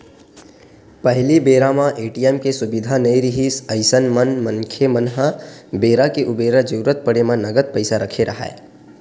पहिली बेरा म ए.टी.एम के सुबिधा नइ रिहिस अइसन म मनखे मन ह बेरा के उबेरा जरुरत पड़े म नगद पइसा रखे राहय